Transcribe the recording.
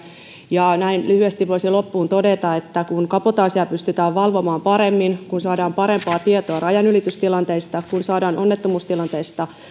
ja näin lyhyesti voisin loppuun todeta että kun kabotaasia pystytään valvomaan paremmin kun saadaan parempaa tietoa rajanylitystilanteista kun saadaan onnettomuustilanteista